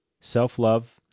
self-love